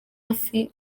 hafi